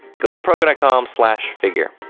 go to proko com figure.